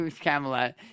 Camelot